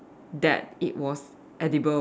that it was edible